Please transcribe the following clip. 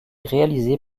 réalisée